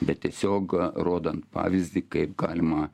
bet tiesiog rodant pavyzdį kaip galima